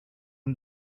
him